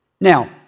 Now